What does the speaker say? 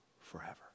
forever